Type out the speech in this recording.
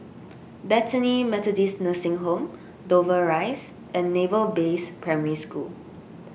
Bethany Methodist Nursing Home Dover Rise and Naval Base Primary School